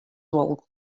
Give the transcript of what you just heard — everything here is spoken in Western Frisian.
wol